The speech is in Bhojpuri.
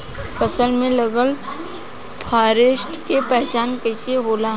फसल में लगल फारेस्ट के पहचान कइसे होला?